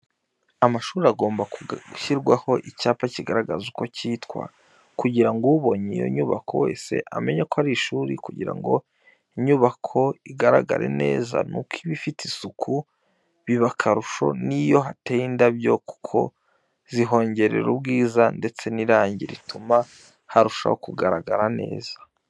Amashuri abagomba gushyirwaho icyapa kigaragaza uko cyitwa kugira ngo ubonye iyo nyubako wese amenye ko ari ishuri kugira ngo inyubako igaragare neza nuko iba ifite isuku biba akarusho n'iyo hateye indabyo kuko zihongerera ubwiza ndetse n'irangi rituma harushaho kugaragara neza.